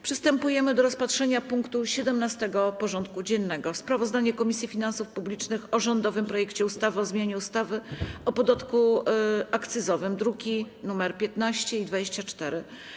Przystępujemy do rozpatrzenia punktu 17. porządku dziennego: Sprawozdanie Komisji Finansów Publicznych o rządowym projekcie ustawy o zmianie ustawy o podatku akcyzowym (druki nr 15 i 24)